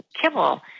kibble